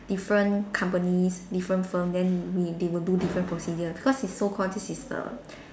different companies different firm then we they will do different procedure because is so called this is the